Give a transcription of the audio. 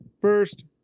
First